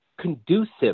conducive